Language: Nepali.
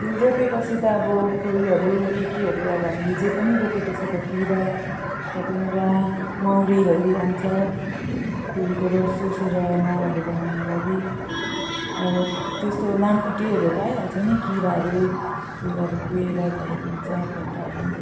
फुल रोपे पछि त अब फुलहरू के केहरू अब हामीले जे पनि रोपे पछि त किरा फटेङ्ग्रा मौरीहरू आउँछ फुलको रस चुसेर महहरू बनाउनु लागि अब त्यस्तो लामखुट्टेहरू त आइहाल्छ नि किराहरू फुलहरू कुहेर झरेको हुन्छ पत्ताहरू